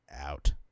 out